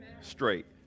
straight